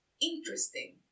interesting